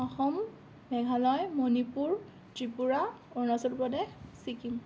Assam Meghalaya Manipur Tripura Arunachal Pradesh Sikkim